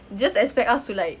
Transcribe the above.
just expect us to like